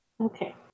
Okay